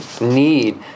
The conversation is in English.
need